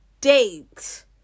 date